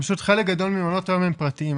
בגלל שחלק גדול ממעונות היום הם פרטיים,